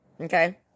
Okay